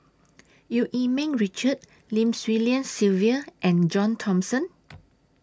EU Yee Ming Richard Lim Swee Lian Sylvia and John Thomson